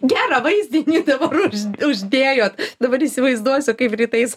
gera vaizdinį dabar už uždėjot dabar įsivaizduosiu kaip rytais